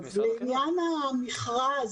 לעניין המכרז,